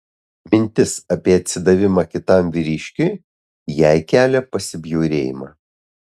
mintis apie atsidavimą kitam vyriškiui jai kelia pasibjaurėjimą